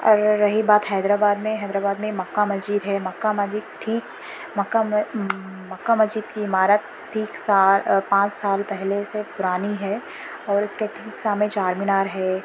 اور رہی بات حیدرآباد میں حیدرآباد میں مکہ مسجد ہے مکہ مسجد ٹھیک مکہ میں مکہ مسجد کی عمارت ٹھیک سا پانچ سال پہلے سے پرانی ہے اور اس کے ٹھیک سامنے چار مینار ہے